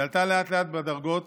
היא עלתה לאט-לאט בדרגות